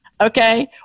Okay